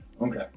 Okay